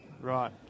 Right